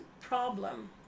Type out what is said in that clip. problem